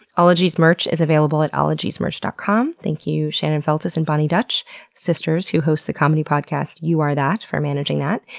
ologies merch is available at ologiesmerch dot com. thank you shannon feltus and boni dutch sisters who host the comedy podcast you are that for managing that.